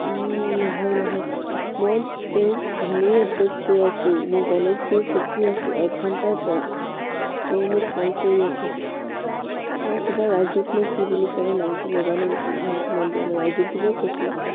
নহয় নহয় মই তেওঁক ভালেই এড্ৰেছ কৈ আছোঁ মই গণেশগুৰিত ৰখি আছোঁ এঘণ্টাৰ পৰা তেওঁ মোক কল কৰি আছে অঁ কিবা ৰাজীৱ নে কি বুলি ক'লে নামটো নাজানো ভালকৈ মন দিয়া নাই ৰাজীৱ বুলিয়ে কৈছিলে